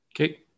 Okay